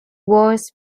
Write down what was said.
wars